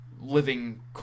living